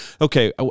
Okay